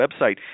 website